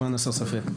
למען הסר ספק.